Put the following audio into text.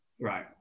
Right